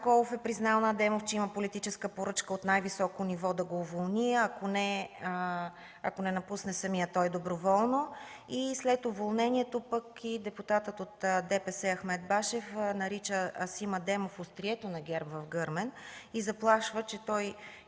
Соколов е признал на Адемов, че има политическа поръчка от най-високо ниво да го уволни, ако не напусне доброволно. След уволнението депутатът от ДПС Ахмед Башев нарича Асим Адемов „острието на ГЕРБ в Гърмен” и заплашва, че